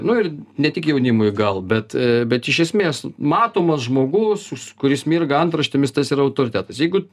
nu ir ne tik jaunimui gal bet a bet iš esmės matomas žmogus kuris mirga antraštėmis tas yra autoritetas jeigu